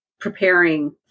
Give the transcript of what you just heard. preparing